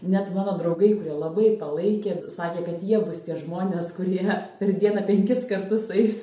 net mano draugai kurie labai palaikė sakė kad jie bus tie žmonės kurie per dieną penkis kartus eis